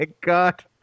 God